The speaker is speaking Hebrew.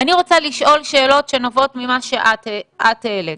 אני רוצה לשאול שאלות שנובעות ממה שאת העלית.